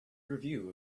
review